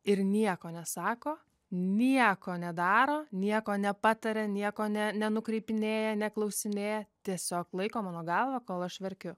ir nieko nesako nieko nedaro nieko nepataria nieko ne nenukreipinėja neklausinėja tiesiog laiko mano galvą kol aš verkiu